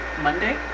Monday